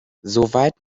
soweit